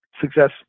success